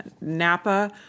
Napa